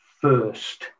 first